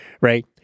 right